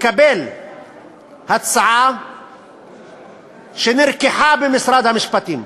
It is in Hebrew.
לקבל הצעה שנרקחה במשרד המשפטים,